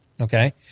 Okay